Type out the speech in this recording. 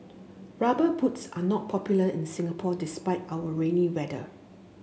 rubber boots are not popular in Singapore despite our rainy weather